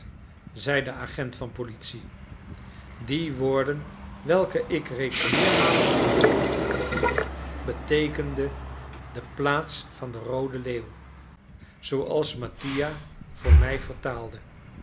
de agent van politie die woorden welke ik reeds meermalen gehoord had beteekenden de plaats van den roode leeuw zooals mattia voor mij vertaalde